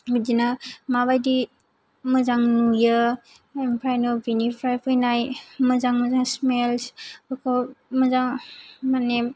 बिदिनो माबादि मोजां नुयो आमफाय बिनिफ्राय फैनाय मोजां मोजां स्मेलस मोजां माने